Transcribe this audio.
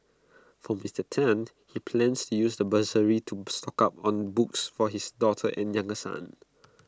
for Mister Tan he plans to use the bursary to stock up on books for his daughter and younger son